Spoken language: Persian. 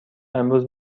امروز